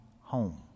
home